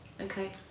Okay